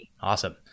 Awesome